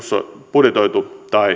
budjetoitu tai ei